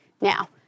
Now